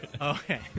Okay